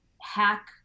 hack